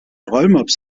rollmops